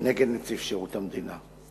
נגד נציב שירות המדינה.